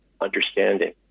understanding